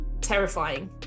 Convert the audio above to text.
terrifying